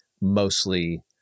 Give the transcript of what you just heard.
mostly